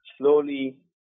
slowly